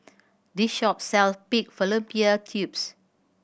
this shop sell pig fallopian tubes